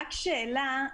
רק שאלה.